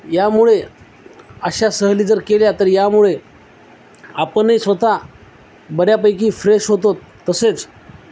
यामुळे अशा सहली जर केल्या तर यामुळे आपणही स्वत बऱ्यापैकी फ्रेश होतोत तसेच